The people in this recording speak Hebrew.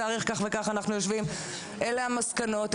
אלה המסקנות,